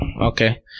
okay